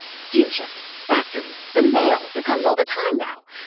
steamships, factories, the mail it comes all the time now.